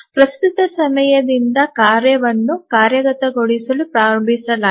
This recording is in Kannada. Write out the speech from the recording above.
ಪ್ರಸ್ತುತ ಸಮಯದಿಂದ ಕಾರ್ಯವನ್ನು ಕಾರ್ಯಗತಗೊಳಿಸಲು ಪ್ರಾರಂಭಿಸಲಾಗಿದೆ